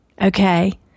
Okay